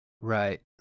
Right